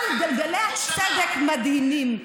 אבל גלגלי הצדק מדהימים.